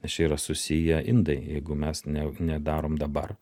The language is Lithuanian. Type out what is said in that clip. nes čia yra susiję indai jeigu mes ne nedarom dabar